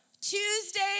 Tuesday